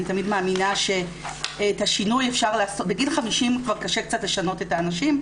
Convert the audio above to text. אני תמיד מאמינה שבגיל 50 כבר קשה קצת לשנות את האנשים,